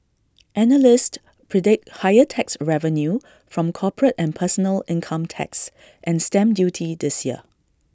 analysts predict higher tax revenue from corporate and personal income tax and stamp duty this year